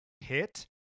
hit